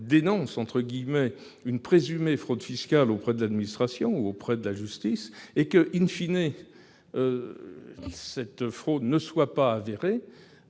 dénonce » une présumée fraude fiscale auprès de l'administration ou auprès de la justice et que,, cette fraude ne soit pas avérée,